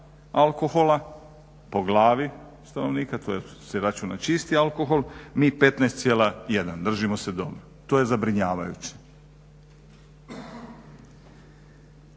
alkohola po glavi stanovnika, to se računa čisti alkohol, mi 15,1, držimo se doma. To je zabrinjavajuće.